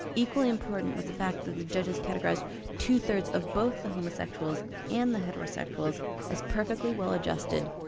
equally important was the fact that the judges categorised two thirds of both the homosexuals and the heterosexuals as perfectly well adjusted,